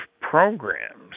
programs